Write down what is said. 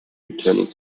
returning